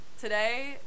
Today